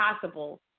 possible